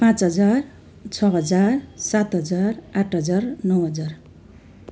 पाँच हजार छ हजार सात हजार आठ हजार नौ हजार